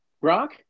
Rock